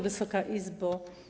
Wysoka Izbo!